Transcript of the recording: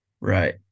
Right